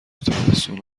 تابستون